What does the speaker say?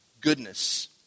goodness